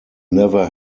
never